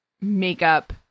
makeup